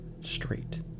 straight